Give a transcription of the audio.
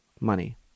money